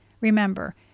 Remember